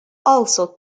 also